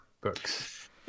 books